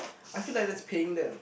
I feel like that's paying them